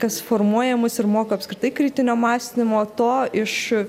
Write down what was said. kas formuoja mus ir moko apskritai kritinio mąstymo to iš